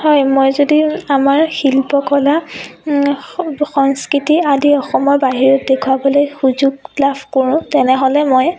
হয় মই যদি আমাৰ শিল্প কলা স সংস্কৃতি আদি অসমৰ বাহিৰত দেখুৱাবলৈ সুযোগ লাভ কৰোঁ তেনেহ'লে মই